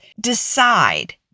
decide